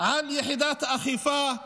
ליחידת האכיפה,